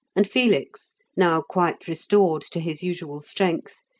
and felix, now quite restored to his usual strength,